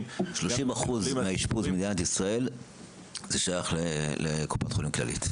--- 30% מהאשפוז במדינת ישראל זה שייך לקופת חולים כללית.